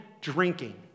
drinking